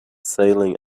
sailing